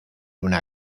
una